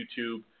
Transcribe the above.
YouTube